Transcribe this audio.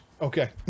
Okay